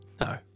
No